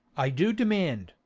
i do demand,